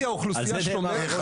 על זה אומרים על ראש הגנב בוער הכובע.